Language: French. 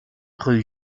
rue